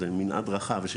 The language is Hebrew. זה מנעד רחב.